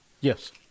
Yes